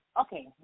Okay